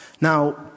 Now